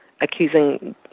accusing